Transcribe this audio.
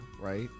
Right